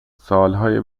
سالهای